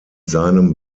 seinem